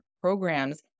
programs